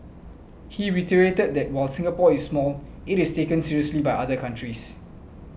he reiterated that while Singapore is small it is taken seriously by other countries